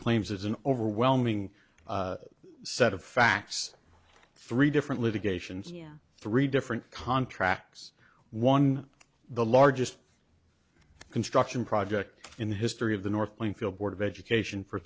claims is an overwhelming set of facts three different litigation three different contracts one the largest construction project in the history of the north playing field board of education for